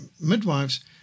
midwives